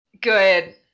Good